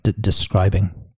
describing